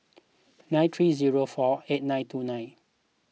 nine three zero four eight nine two nine